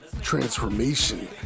transformation